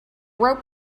rope